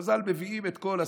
חז"ל מביאים את כל הסדר.